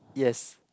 yes